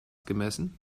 gemessen